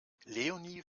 leonie